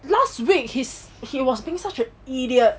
last week he's he was being such an idiot